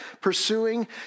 pursuing